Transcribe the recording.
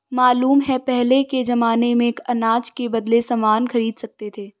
मालूम है पहले के जमाने में अनाज के बदले सामान खरीद सकते थे